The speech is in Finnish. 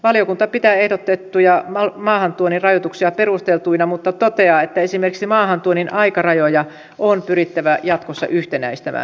valiokunta pitää ehdotettuja maahantuonnin rajoituksia perusteltuina mutta toteaa että esimerkiksi maahantuonnin aikarajoja on pyrittävä jatkossa yhtenäistämään